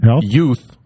youth